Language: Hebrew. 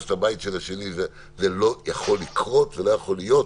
לבית של השני זה לא יכול לקרות ולא יכול להיות.